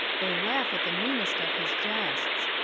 they laugh at the meanest of his jests.